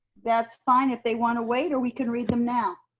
that's fine if they wanna wait or we can read them now.